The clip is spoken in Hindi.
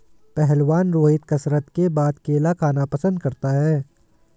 पहलवान रोहित कसरत के बाद केला खाना पसंद करता है